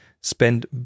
spend